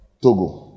Togo